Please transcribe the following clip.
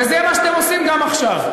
וזה מה שאתם עושים גם עכשיו.